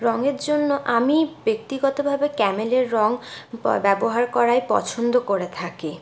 রঙের জন্য আমি ব্যক্তিগতভাবে ক্যামেলের রং ব্যবহার করাই পছন্দ করে থাকি